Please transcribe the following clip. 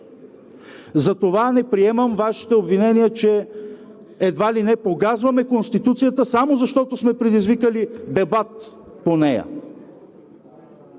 Затова не приемам Вашите обвинения, че едва ли не погазваме Конституцията само защото сме предизвикали дебат по нея.